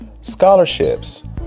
scholarships